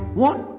what?